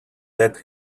that